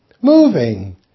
Moving